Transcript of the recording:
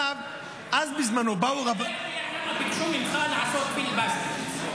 האם אתה יודע למה ביקשו ממך לעשות פיליבסטר?